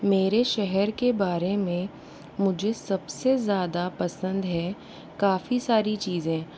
मेरे शहर के बारे में मुझे सबसे ज़्यादा पसंद है काफी सारी चीज़ें